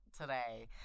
today